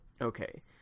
okay